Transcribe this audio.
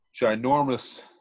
ginormous